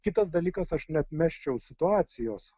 kitas dalykas aš neatmesčiau situacijos